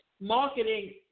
marketing